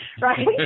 Right